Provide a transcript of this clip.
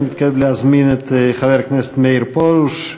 אני מתכבד להזמין את חבר הכנסת מאיר פרוש,